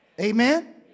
Amen